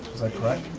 is that correct?